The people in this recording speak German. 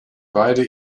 beide